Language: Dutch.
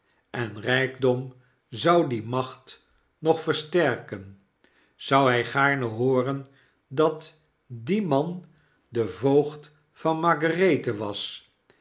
en rijkdom zou die macht nog versterken zou hij gaarne hooren dat die man ae voogd van margarethe was